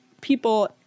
people